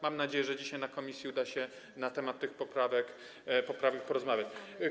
Mam nadzieję, że dzisiaj w komisji uda się na temat tych poprawek porozmawiać.